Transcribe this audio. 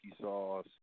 sauce